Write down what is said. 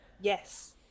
Yes